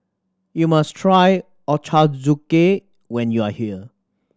you must try Ochazuke when you are here